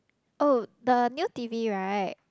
oh the new T_V right